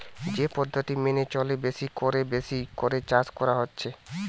যে পদ্ধতি মেনে চলে বেশি কোরে বেশি করে চাষ করা হচ্ছে